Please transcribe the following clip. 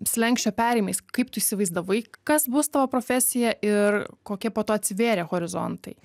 slenksčio perėjimais kaip tu įsivaizdavai kas bus tavo profesija ir kokie po to atsivėrė horizontai